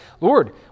Lord